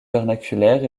vernaculaire